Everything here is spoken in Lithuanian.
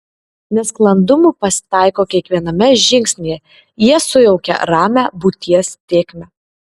nesklandumų pasitaiko kiekviename žingsnyje jie sujaukia ramią būties tėkmę